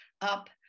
up